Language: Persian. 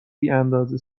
بیاندازه